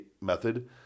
method